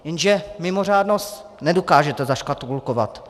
Jenže mimořádnost nedokážete zaškatulkovat.